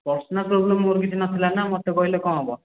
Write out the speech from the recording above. problem ମୋର କିଛି ନଥିଲା ନା ମୋତେ କହିଲେ କ'ଣ ହେବ